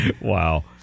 Wow